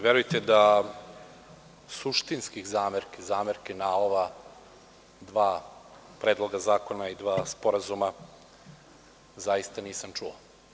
Verujte da suštinskih zamerki na ova dva predloga zakona i dva sporazuma zaista nisam čuo.